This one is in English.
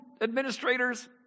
administrators